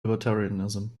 libertarianism